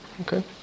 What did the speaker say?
Okay